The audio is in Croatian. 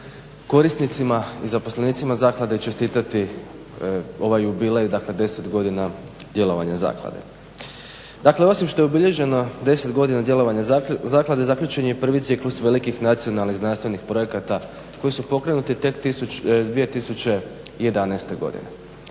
korisnicima i zaposlenicima zaklade čestitati ovaj jubilej dakle 10 godina djelovanja zaklade. Dakle osim što je obilježeno 10 godina djelovanja zaklade zaključen je i prvi ciklus velikih nacionalnih znanstvenih projekata koji su pokrenuti tek 2011.godine.